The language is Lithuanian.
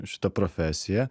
šita profesija